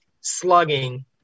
slugging